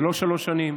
ולא שלוש שנים.